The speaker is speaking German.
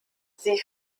sie